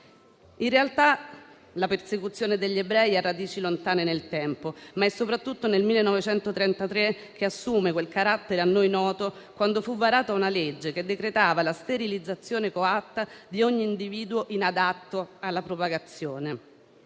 In realtà, la persecuzione degli ebrei ha radici lontane nel tempo, ma è soprattutto nel 1933 che assunse il carattere a noi noto, quando fu varata una legge che decretava la sterilizzazione coatta di ogni individuo "inadatto alla propagazione".